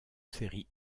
séries